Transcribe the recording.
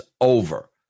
over